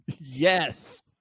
Yes